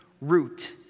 root